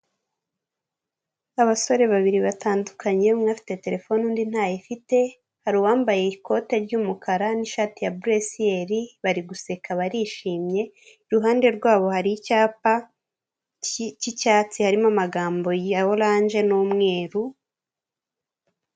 Abasore babiri batandukanye, umwe bafite telefone undi ntayifite, hari uwambaye ikote ry'umukara n'ishati ya buresiyeri bari guseka barishimye, iruhande rwabo hari icyapa cy'icyatsi harimo amagambo ya oranje n'umweru.